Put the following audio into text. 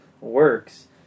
works